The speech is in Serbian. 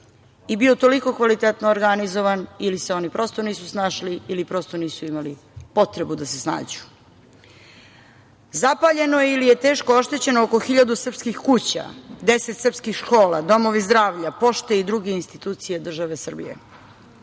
i bio toliko kvalitetno organizovan ili se oni prosto nisu snašli ili prosto nisu imali potrebu da se snađu. Zapaljeno je ili je teško oštećeno oko 1.000 srpskih kuća, 10 srpskih škola, domovi zdravlja, pošte i druge institucije države Srbije.Za